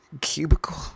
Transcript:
cubicle